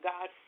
God